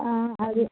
ആ അത്